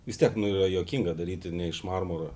vis tiek nu yra juokinga daryti ne iš marmuro